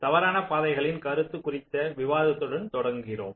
தவறான பாதைகளின் கருத்து குறித்த விவாதத்துடன் தொடர்கிறோம்